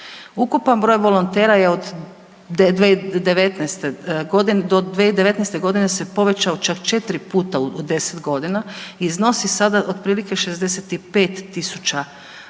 Ukupan broj volontera je od 2019., do 2019. godine se povećao čak 4 puta u 10 godina i iznosi sada otprilike 65.000